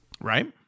Right